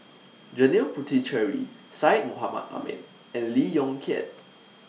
Janil Puthucheary Syed Mohamed Ahmed and Lee Yong Kiat